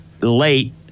late